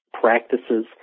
practices